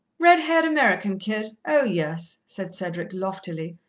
red-haired american kid? oh, yes, said cedric loftily.